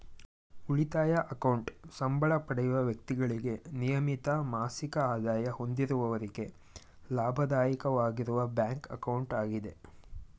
ಉಳಿತಾಯ ಅಕೌಂಟ್ ಸಂಬಳ ಪಡೆಯುವ ವ್ಯಕ್ತಿಗಳಿಗೆ ನಿಯಮಿತ ಮಾಸಿಕ ಆದಾಯ ಹೊಂದಿರುವವರಿಗೆ ಲಾಭದಾಯಕವಾಗಿರುವ ಬ್ಯಾಂಕ್ ಅಕೌಂಟ್ ಆಗಿದೆ